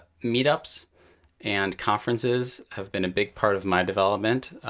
meetups and conferences have been a big part of my development.